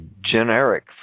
generic